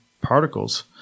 particles